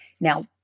Now